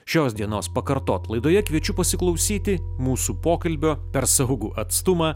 šios dienos pakartot laidoje kviečiu pasiklausyti mūsų pokalbio per saugų atstumą